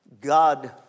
God